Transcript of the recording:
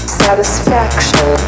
satisfaction